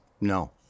No